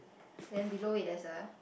then below it has a